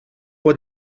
può